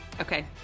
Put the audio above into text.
Okay